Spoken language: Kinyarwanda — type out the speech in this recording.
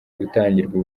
gutangirwa